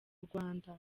rwanda